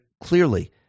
clearly